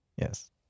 Yes